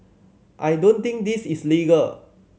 I don't think this is legal